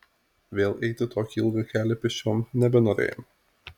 vėl eiti tokį ilgą kelią pėsčiom nebenorėjome